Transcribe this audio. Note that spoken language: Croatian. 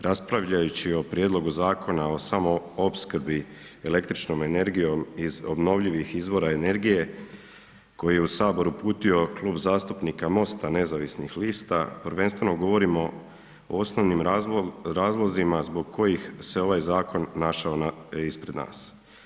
Raspravljajući o Prijedlogu zakona o samoopskrbi električnom energijom iz obnovljivih izvora energije koji je u Sabor uputio Klub zastupnika MOST-a nezavisnih lista, prvenstveno govorimo o osnovnim razlozima zbog kojih se ovaj zakon našao ispred nas.